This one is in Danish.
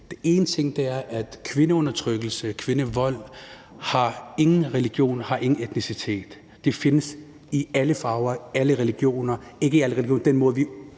Den ene ting er, at kvindeundertrykkelse, kvindevold ingen religion har, ingen etnicitet har. Det findes i alle farver, i alle religioner – ikke i alle religioner, men i den måde, vi